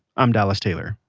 i'm dallas taylor,